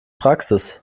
praxis